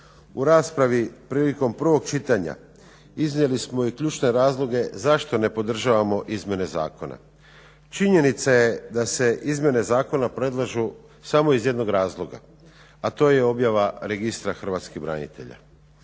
U raspravi prilikom prvog čitanja iznijeli smo i ključne razloge zašto ne podržavamo izmjene zakona. Činjenica je da se izmjene zakona predlažu samo iz jednog razloga, a to je objava registra hrvatskih branitelja.